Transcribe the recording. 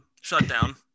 shutdown